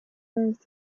earth